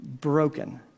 broken